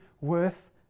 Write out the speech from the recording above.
worth